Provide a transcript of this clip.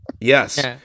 yes